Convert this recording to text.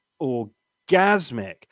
orgasmic